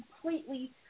completely